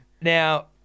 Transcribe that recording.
Now